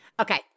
Okay